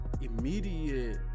immediate